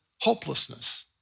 hopelessness